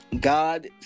God